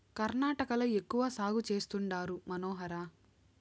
కర్ణాటకలో ఎక్కువ సాగు చేస్తండారు మనోహర